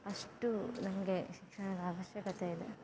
ಅಷ್ಟು ನಮಗೆ ಶಿಕ್ಷಣದ ಅವಶ್ಯಕತೆ ಇದೆ